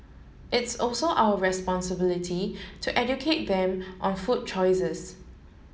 it's also our responsibility to educate them on food choices